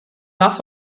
das